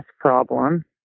problem